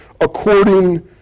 according